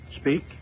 speak